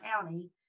county